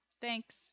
Thanks